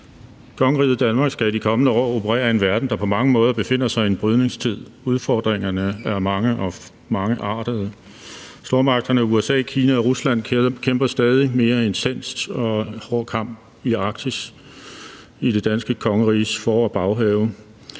Kongeriget Danmark skal i de kommende år operere i en verden, der på mange måder befinder sig i en brydningstid. Udfordringerne er mange og mangeartede; stormagterne USA, Kina og Rusland kæmper en stadig mere intens og hård kamp i Arktis, i det danske kongeriges for- og baghave.